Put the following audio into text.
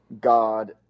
God